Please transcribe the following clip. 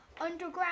underground